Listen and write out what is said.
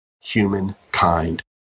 humankind